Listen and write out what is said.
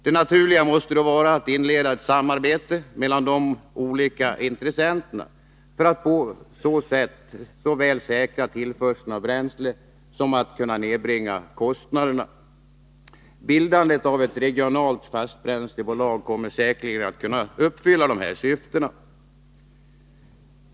Det naturliga måste då vara att inleda ett samarbete mellan de olika intressenterna för att på så sätt såväl säkra tillförseln av bränsle som nedbringa kostnaderna. Bildandet av ett regionalt fastbränslebolag kommer säkerligen att uppfylla dessa syften.